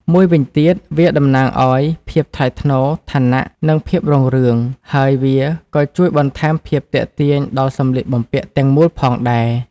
មួយវិញទៀត វាតំណាងឲ្យ ភាពថ្លៃថ្នូរ ឋានៈ និងភាពរុងរឿង ហើយវាក៏ជួយបន្ថែមភាពទាក់ទាញដល់សម្លៀកបំពាក់ទាំងមូលផងដែរ។